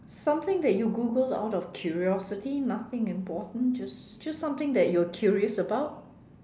something that you Googled out of curiosity nothing important just just something that you were curious about